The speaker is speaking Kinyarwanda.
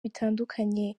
bitandukanye